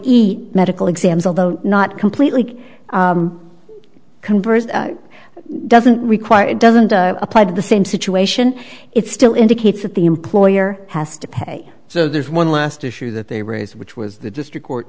a medical exams although not completely doesn't require it doesn't apply to the same situation it still indicates that the employer has to pay so there's one last issue that they raise which was the district court